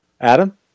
Adam